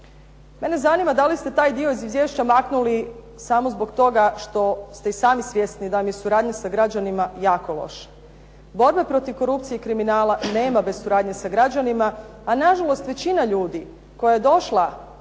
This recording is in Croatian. Mene zanima da li ste taj dio iz izvješća maknuli samo zbog toga što ste i sami svjesni da vam je suradnja sa građanima jako loša. Borbe protiv korupcije i kriminala nema bez suradnje sa građanima a nažalost većina ljudi koja je došla